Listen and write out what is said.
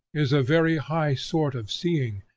is a very high sort of seeing,